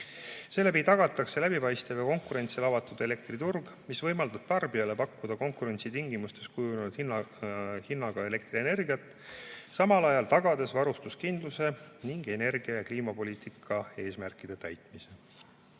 Seeläbi tagatakse läbipaistev ja konkurentsile avatud elektriturg, mis võimaldab tarbijale pakkuda konkurentsitingimustes kujunenud hinnaga elektrienergiat, tagades samal ajal varustuskindluse ning energia- ja kliimapoliitika eesmärkide täitmise.